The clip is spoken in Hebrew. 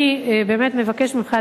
אני באמת מבקשת ממך,